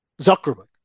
zuckerberg